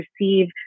receive